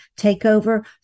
takeover